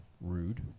rude